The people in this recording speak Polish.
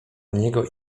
niego